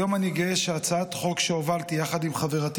היום אני גאה שהצעת חוק שהובלתי יחד עם חברתי